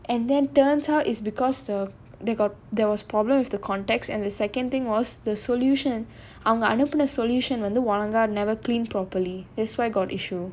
and then turns out is because the there got there was problem with the contacts and the second thing was the solution அவங்க அனுப்புன:avanga anupuna solution வந்து:vandhu never clean properly that's why got issue